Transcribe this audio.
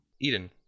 Eden